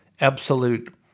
absolute